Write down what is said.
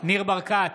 ניר ברקת,